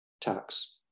tax